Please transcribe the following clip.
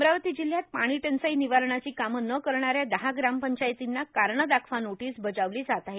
अमरावती जिल्ह्यात पाणी टंचाई निवारणाची कामं न करणाऱ्या दहा ग्रामपंचायतींना कारणे दाखवा नोटीस बजावली जात आहे